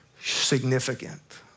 significant